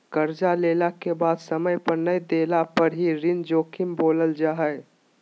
कर्जा लेला के बाद समय पर नय देला पर ही ऋण जोखिम बोलल जा हइ